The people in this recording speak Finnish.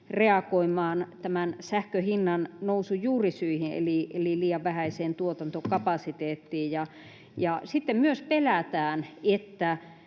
reagoimaan sähkön hinnannousun juurisyihin eli liian vähäiseen tuotantokapasiteettiin, ja sitten myös pelätään, että